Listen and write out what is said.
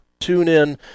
TuneIn